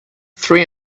three